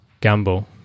gamble